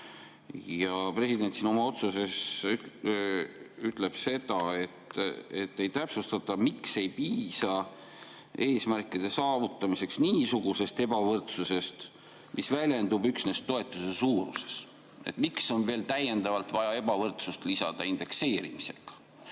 President siin oma otsuses ütleb seda, et ei täpsustata, miks ei piisa eesmärkide saavutamiseks niisugusest ebavõrdsusest, mis väljendub üksnes toetuse suuruses. Miks on veel täiendavalt vaja ebavõrdsust lisada indekseerimisega?